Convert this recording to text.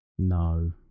No